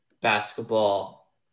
basketball